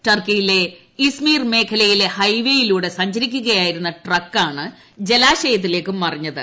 ടർക്കിയിലെ Izmir മേഖലയിലെ ഏഫ്പ്പേയിലൂടെ സഞ്ചരിക്കുകയായിരുന്ന ട്രക്കാണ് ജലാശയത്തിൽപ്പ്ക് മറിഞ്ഞത്